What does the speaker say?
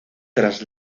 tras